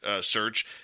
search